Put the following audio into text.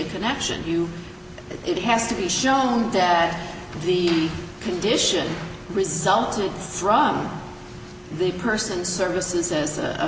a connection you it has to be shown that the condition resulted from the person services as